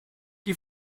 die